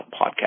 podcast